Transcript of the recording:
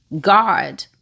God